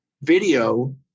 video